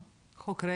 כן.